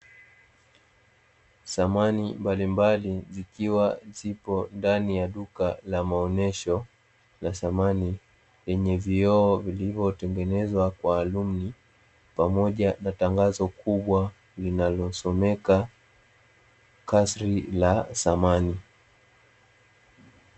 Samani mbalimbali zikiwa zipo ndani ya duka la maonesho ya samani lenye vioo vilivyotengenezwa kwa alumini, pamoja na tangazo kubwa linalosomeka kasri la samani.